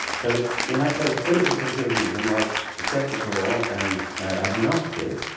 so you might say the spirit of confucianism was sceptical and agnostic,